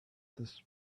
this